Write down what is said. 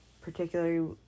particularly